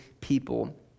people